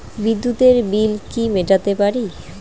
বিদ্যুতের বিল কি মেটাতে পারি?